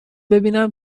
ببینم